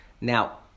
Now